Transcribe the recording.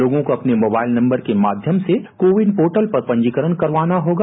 लोगों को अपने मोबाइल नम्बर में माध्यम से कोविन पोर्टल पर पंजीकरण करवाना होगा